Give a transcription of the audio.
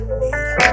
need